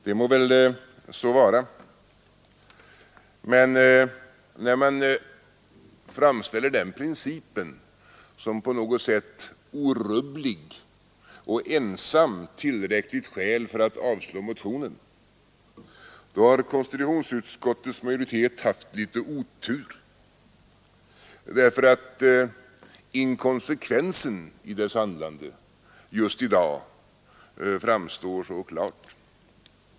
Det må så vara, men när man framställer den principen som på något sätt orubblig och ensam tillräckligt skäl för att avstyrka motionen, då har konstitutionsutskottets majoritet haft litet otur, därför att inkonsekvensen i dess handlande just i dag framstår så klart.